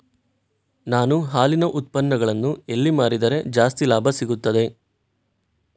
ನಾನು ಹಾಲಿನ ಉತ್ಪನ್ನಗಳನ್ನು ಎಲ್ಲಿ ಮಾರಿದರೆ ಜಾಸ್ತಿ ಲಾಭ ಸಿಗುತ್ತದೆ?